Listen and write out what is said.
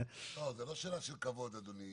לא, זה לא שאלה של כבוד, אדוני.